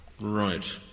right